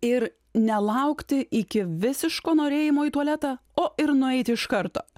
ir nelaukti iki visiško norėjimo į tualetą o ir nueit iš karto